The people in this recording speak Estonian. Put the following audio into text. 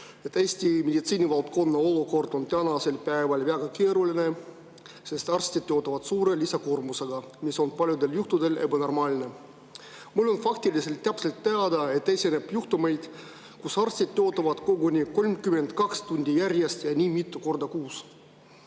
Eesti meditsiinivaldkonna olukord on praegu väga keeruline, sest arstid töötavad suure lisakoormusega, mis on paljudel juhtudel ebanormaalne. Mul on faktiliselt täpselt teada, et esineb juhtumeid, kus arstid töötavad koguni 32 tundi järjest, ja nii mitu korda kuus.